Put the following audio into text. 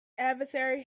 adversary